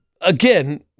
again